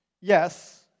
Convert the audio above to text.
yes